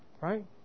right